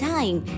Time